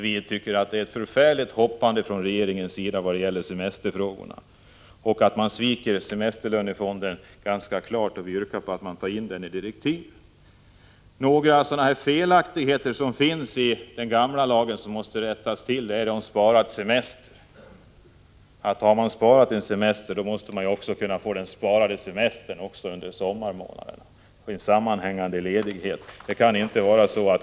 Vi tycker att regeringen hoppar för mycket i semesterfrågorna och klart sviker semesterlönefonden. Vi yrkar att regeringen tar in den frågan i kommittédirektiven. Det finns några felaktigheter i den gamla semesterlagen som måste rättas till, och de gäller reglerna om sparad semester. Den som har sparat semester måste också kunna ta ut semestern under sommarmånaderna och få en sammanhängande ledighet.